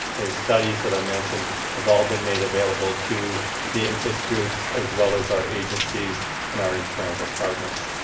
those studies that i mentioned have all been made available to the interest groups as well as our agencies in our internal department.